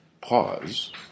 pause